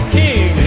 king